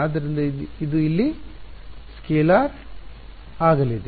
ಆದ್ದರಿಂದ ಇದು ಇಲ್ಲಿ ಸ್ಕೇಲಾರ್ ಆಗಲಿದೆ